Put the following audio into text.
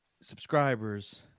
subscribers